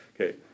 Okay